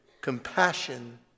compassion